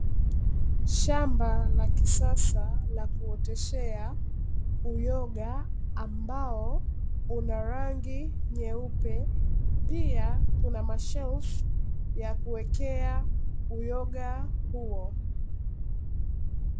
Shamba la kisasa la kuoteshea uyoga ambao una rangi nyeupe pia kuna mashelfu ya kuwekea uyoga huo.